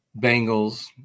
Bengals